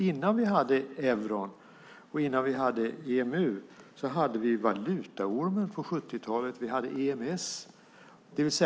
Innan vi hade euron och EMU hade vi på 70-talet valutaormen och EMS.